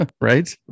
Right